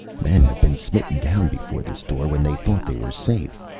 men have been smitten down before this door, when they thought they were safe,